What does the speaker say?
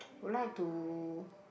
would like to